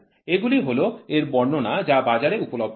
এইগুলি হল এর বর্ণনা যা বাজারে উপলব্ধ আছে